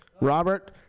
Robert